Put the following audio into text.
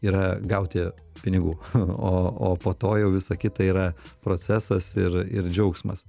yra gauti pinigų o o po to jau visa kita yra procesas ir ir džiaugsmas